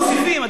מוסיפים.